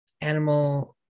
animal